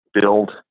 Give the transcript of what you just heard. build